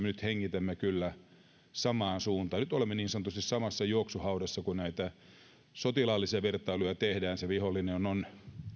nyt hengitämme kyllä samaan suuntaan nyt olemme niin sanotusti samassa juoksuhaudassa kun näitä sotilaallisia vertailuja tehdään se vihollinen on